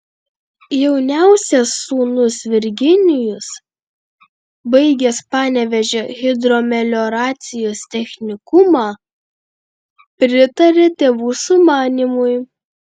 jauniausias sūnus virginijus baigęs panevėžio hidromelioracijos technikumą pritarė tėvų sumanymui